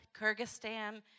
Kyrgyzstan